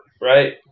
Right